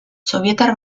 sobietar